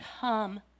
come